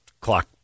clock